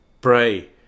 pray